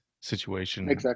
situation